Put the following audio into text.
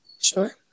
Sure